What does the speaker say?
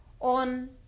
on